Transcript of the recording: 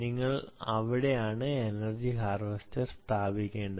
നിങ്ങൾ അവിടെയാണ് energy harvester സ്ഥാപിക്കേണ്ടത്